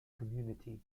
community